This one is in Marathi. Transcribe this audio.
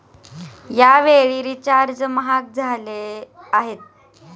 यावेळी रिचार्ज महाग झाले आहेत